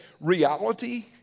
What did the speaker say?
reality